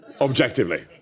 Objectively